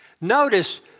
Notice